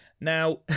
Now